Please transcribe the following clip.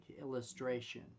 illustration